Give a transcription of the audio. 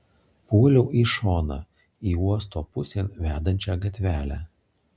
puoliau į šoną į uosto pusėn vedančią gatvelę